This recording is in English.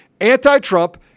anti-Trump